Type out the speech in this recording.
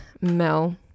Mel